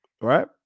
Right